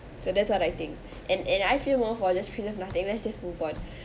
so that's what I think and and I feel more for just feel of nothing let's just move on